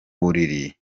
buriri